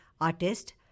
artist